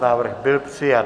Návrh byl přijat.